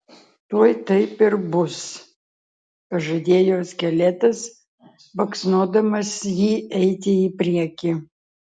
tuoj taip ir bus pažadėjo skeletas baksnodamas jį eiti į priekį